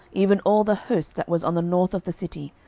even all the host that was on the north of the city,